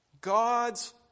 God's